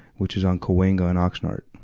which is on cahuenga and oxnard.